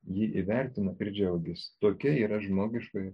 jį įvertina ir džiaugiasi tokia yra žmogiškoji